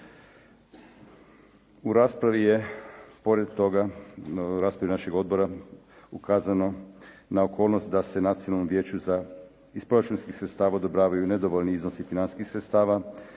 U raspravi je pored toga, u raspravi našeg odbora ukazano na okolnost da se Nacionalnom vijeću iz proračunskih sredstava odobravaju nedovoljni iznosi financijskih sredstava.